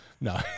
No